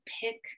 pick